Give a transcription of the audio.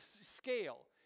scale